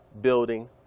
building